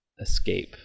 escape